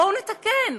בואו נתקן.